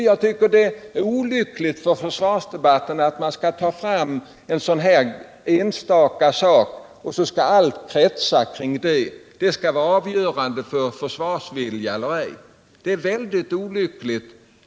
Jag tycker att det är olyckligt för försvarsdebatten att man tar fram ett enstaka problem och sedan låter alltinz kretsa kring detta, att inställningen till ett visst projekt skall anses avgörande för om vi har försvarsvilja eller ej. Det är synnerligen olyckligt!